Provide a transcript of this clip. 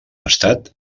estat